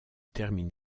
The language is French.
termine